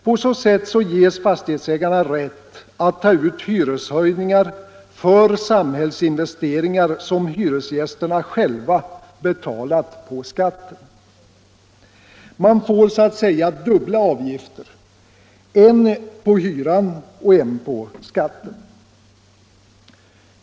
På så sätt ges fastighetsägarna rätt att ta ut hyreshöjningar för samhällsinvesteringar som hyresgästerna själva betalat på skatten. Man får så att säga dubbla avgifter: en på hyran och en på skatten.